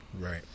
right